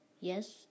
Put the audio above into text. Yes